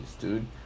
dude